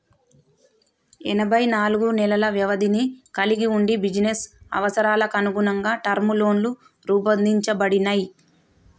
ఎనబై నాలుగు నెలల వ్యవధిని కలిగి వుండి బిజినెస్ అవసరాలకనుగుణంగా టర్మ్ లోన్లు రూపొందించబడినయ్